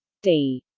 d.